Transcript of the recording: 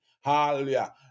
Hallelujah